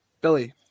Billy